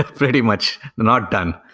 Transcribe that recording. very much not done.